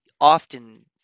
often